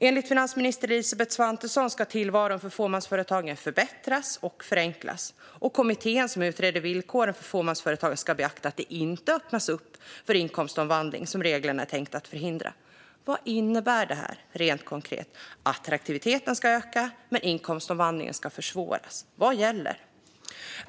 Enligt finansminister Elisabeth Svantesson ska tillvaron för fåmansföretagen förbättras och förenklas. Kommittén som utreder villkoren för fåmansföretag ska beakta att det inte öppnas för inkomstomvandling som reglerna är tänkta att förhindra. Vad innebär det, rent konkret? Attraktiviteten ska öka, men inkomstomvandlingen ska försvåras. Vad gäller?